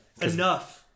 Enough